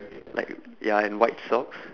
like ya and white socks